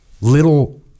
little